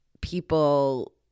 people